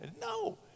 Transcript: No